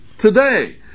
today